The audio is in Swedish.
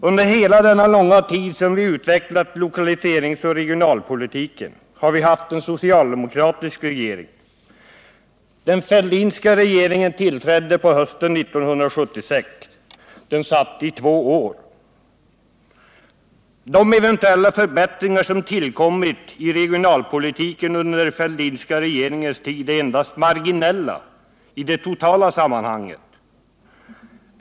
Under hela den långa tid som vi utvecklat lokaliseringsoch regionalpolitiken har vi haft en socialdemokratisk regering. Den Fälldinska regeringen tillträdde på hösten 1976. Den satt i två år. De eventuella förbättringar som tillkommit i regionalpolitiken under Fälldins regeringstid är endast marginella i det totala sammanhanget.